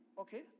okay